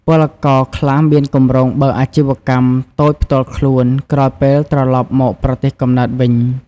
ពលករខ្លះមានគម្រោងបើកអាជីវកម្មតូចផ្ទាល់ខ្លួន ក្រោយពេលត្រឡប់មកប្រទេសកំណើតវិញ។